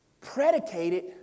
predicated